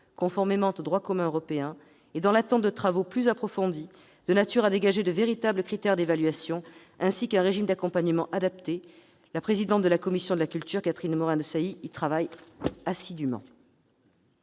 conformément au droit commun européen et dans l'attente de travaux plus approfondis de nature à dégager de véritables critères d'évaluation, ainsi qu'un régime d'accompagnement adapté. La présidente de la commission de la culture, Catherine Morin-Desailly, y travaille assidûment.